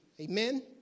Amen